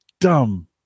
dumb